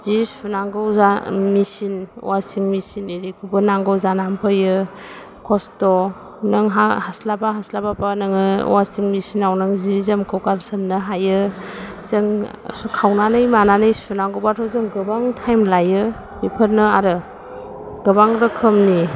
जि सुनांगौ जा मेसिन वासिं मेसिन इरिखौबो नांगौ जानानै फैयो खस्थ' नों हा हास्लाबा हास्लाबाबा नोङो वासिं मेसिनाव नों जि जोमखौ गारसोमनो हायो जों खावनानै मानानै सुनांगौबाथ' जों गोबां टाइम लायो बेफोरनो आरो गोबां रोखोमनि